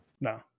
No